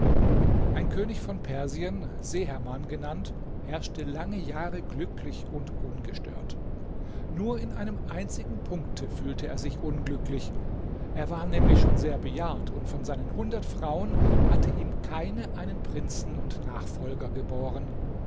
ein könig von persien seherman genannt herrschte lange jahre glücklich und ungestört nur in einem einzigen punkte fühlte er sich unglücklich er war nämlich schon sehr bejahrt und von seinen hundert frauen hatte ihm keine einen prinzen und nachfolger geboren